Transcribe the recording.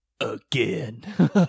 again